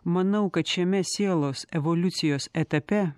manau kad šiame sielos evoliucijos etape